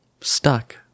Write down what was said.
stuck